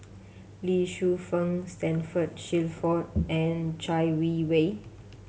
Lee Shu Fen Standford Shelford and Chai Yee Wei